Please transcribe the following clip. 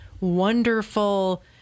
wonderful